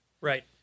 Right